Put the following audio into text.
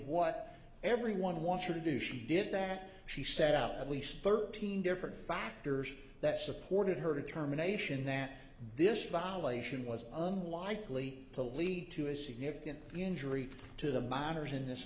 what everyone wants to do she did that she set up at least thirteen different factors that supported her determination that this violation was unlikely to lead to a significant injury to the minors in this